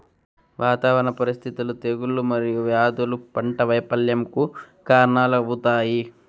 వాతావరణ పరిస్థితులు, తెగుళ్ళు మరియు వ్యాధులు పంట వైపల్యంకు కారణాలవుతాయి